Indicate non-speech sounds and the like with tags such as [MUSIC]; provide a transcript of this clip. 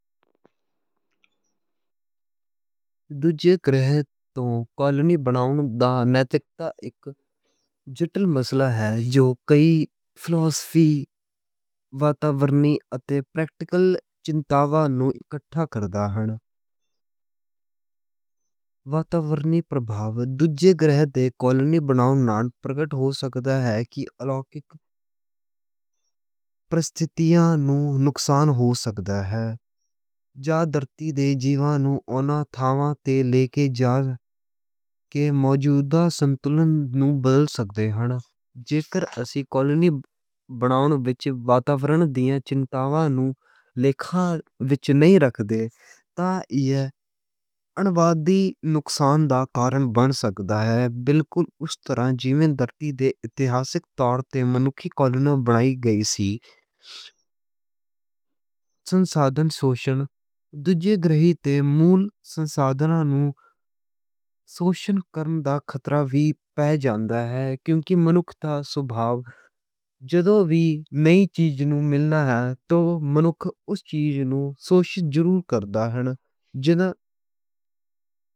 دوجے گرہ تے کولونی بناؤن ایتھکل بحث اک مشکل مسئلہ اے۔ جو کئی قسم دیاں صورتحالاں تے پریشانیاں اکٹھیاں کر دیاں نیں۔ حالاتاں دا اثر دوجے گرہ تے کولونی بناؤناں نال ترقی ہو سکدی اے۔ تے گلوبل حالات نوں نقصان ہو سکدا اے۔ جا زمین دے جیو نوں اوہناں تھاواں تے لے جا کے موجودہ توازن نوں توڑ سکدے نیں۔ جے تر اسی کولونی بناون وچ ماحول دیاں چنتاواں نوں لیکھ وچ نئیں رکھدے، تاں ایہہ اکولوجیکل نقصان دا کارن بن سکدا اے۔ بالکل اوس طرح جی میں زمین تے ہسٹوریکل طور تے انسان کالونائز بنائی گئی سی [HESITATION] سنسادن شوشن دوجے گرہ تے مول سنسادناں نوں شوشن کرن دا خطرہ وی پے جاندا اے۔ کیونکہ منکھ دا سبھاؤ جدوں وی کِسے چیز نوں ملیا اے، تاں منکھ اوہ چیز نوں شوشن ضرور کر دا اے۔